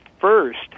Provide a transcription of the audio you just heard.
first